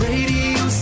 Radio